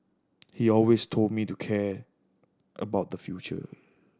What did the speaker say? he always told me to care about the future